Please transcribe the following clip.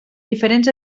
diferents